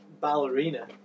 ballerina